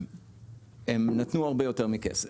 הם נתנו הרבה יותר מכסף.